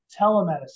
telemedicine